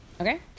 okay